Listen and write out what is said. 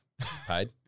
Paid